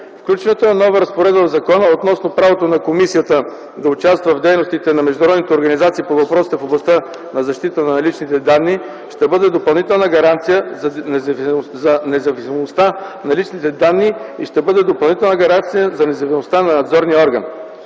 Включването на нова разпоредба в закона относно правото на комисията да участва в дейностите на международните организации по въпросите в областта на защитата на личните данни ще бъде допълнителна гаранция за независимостта на личните данни